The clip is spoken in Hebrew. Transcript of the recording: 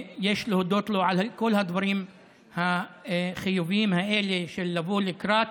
יש להודות לו על כל הדברים החיוביים האלה של לבוא לקראת.